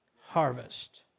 harvest